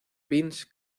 vince